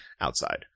outside